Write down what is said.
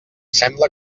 sembla